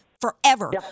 forever